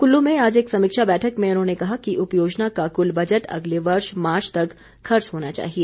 कुल्लू में आज एक समीक्षा बैठक में उन्होंने कहा कि उपयोजना का कुल बजट अगले वर्ष मार्च तक खर्च होना चाहिए